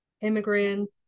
immigrant